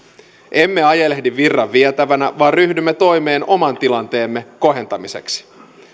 emme ajelehdi virran vietävänä vaan ryhdymme toimeen oman tilanteemme kohentamiseksi